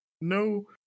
no